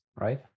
right